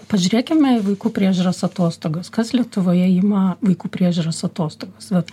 pažiūrėkime į vaikų priežiūros atostogas kas lietuvoje ima vaikų priežiūros atostogas vat